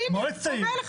מועצת העיר,